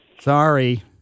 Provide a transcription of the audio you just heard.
Sorry